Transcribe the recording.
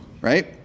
Right